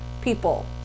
people